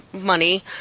money